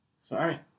Sorry